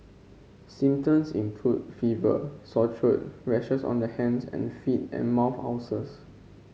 symptoms include fever sore throat rashes on the hands and feet and mouth ulcers